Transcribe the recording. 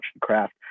craft